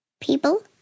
People